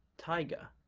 taiga,